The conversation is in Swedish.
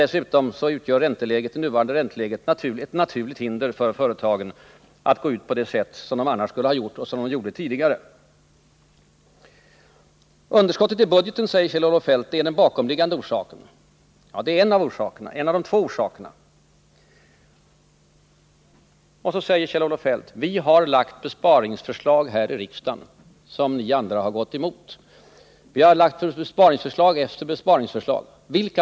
Dessutom utgör det nuvarande ränteläget ett naturligt hinder för företagen att gå ut på det sätt som de annars skulle ha gjort och som de gjorde att minska utlandsupplåningen Underskottet i budgeten, säger Kjell-Olof Feldt, är den bakomliggande orsaken. Ja, det är en av de två orsakerna. Så säger Kjell-Olof Feldt: Vi socialdemokrater har lagt fram besparingsförslag efter besparingsförslag här i riksdagen som ni andra har gått emot.